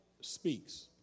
speaks